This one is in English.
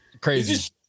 Crazy